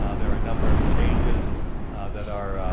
ah there are a number of changes that are